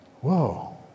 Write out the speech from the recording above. whoa